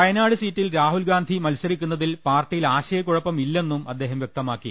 വയനാട് സീറ്റിൽ രാഹുൽഗാന്ധി മത്സരിക്കുന്നതിൽ പാർട്ടിയിൽ ആശയക്കുഴപ്പമില്ലെന്നും അദ്ദേഹം വ്യക്തമാക്കി